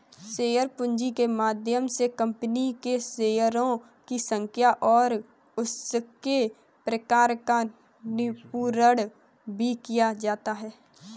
share पूंजी के माध्यम से कंपनी के शेयरों की संख्या और उसके प्रकार का निरूपण भी किया जाता है